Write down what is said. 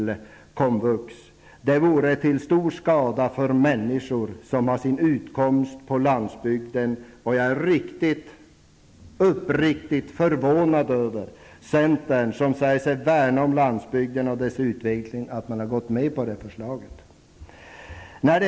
Det vore till stor skada för människor som har sin utkomst på landsbygden. Jag är uppriktigt sagt förvånad över att centern, som säger sig värna om landsbygden och dess utveckling, har gått med på det förslaget.